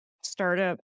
startup